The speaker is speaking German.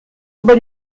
über